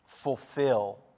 fulfill